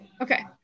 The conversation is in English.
Okay